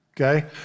Okay